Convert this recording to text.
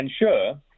ensure